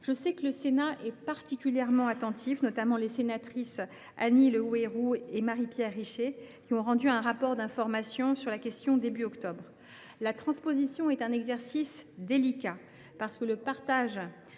Je sais que le Sénat y est particulièrement attentif – je pense notamment aux sénatrices Annie Le Houerou et Marie Pierre Richer, qui ont rendu un rapport d’information sur la question au début du mois d’octobre. La transposition est un exercice délicat : le passage